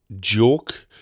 joke